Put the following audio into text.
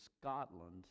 Scotland